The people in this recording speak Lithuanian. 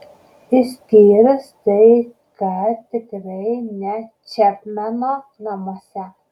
išskyrus tai kad tikrai ne čepmeno namuose